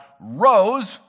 rose